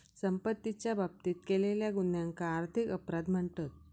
संपत्तीच्या बाबतीत केलेल्या गुन्ह्यांका आर्थिक अपराध म्हणतत